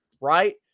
right